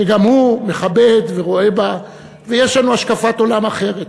שגם הוא מכבד, ורואה בה, ויש לנו השקפת עולם אחרת.